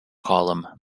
column